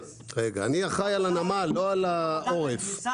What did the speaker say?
אני אחראי על הנמל, לא על העורף.